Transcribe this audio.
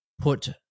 put